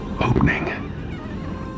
opening